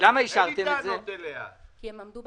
אין לי טענות אליה.